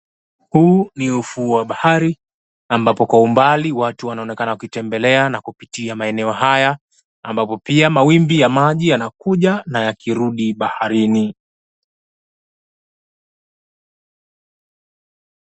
Huu ni ufuo wa bahari, ambapo kwa umbali watu wanaonekana wakitembelea na kupitia maeneo haya. Ambapo pia mawimbi ya maji yanakuja na yakirudi baharini.